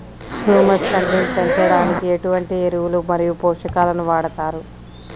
Humus content పెంచడానికి ఎటువంటి ఎరువులు మరియు పోషకాలను వాడతారు?